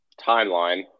timeline